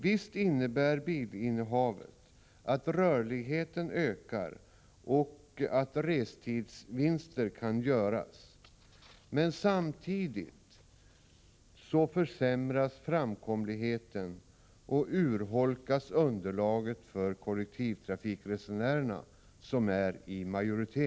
Visst innebär bilinnehavet att rörligheten ökar och restidsvinster kan göras, men samtidigt försämras framkomligheten och urholkas underlaget för kollektivtrafikresenärerna, som är i majoritet.